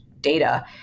data